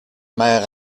mère